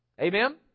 Amen